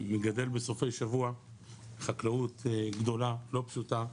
מגדל בסופי שבוע חקלאות גדולה, לא פשוטה,